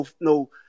no